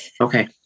okay